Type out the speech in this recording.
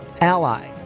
ally